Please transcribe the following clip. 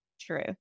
true